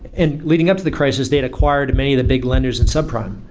and leading up to the crisis, they had acquired many of the big lenders in subprime.